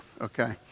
Okay